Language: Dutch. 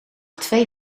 twee